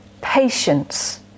patience